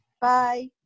Bye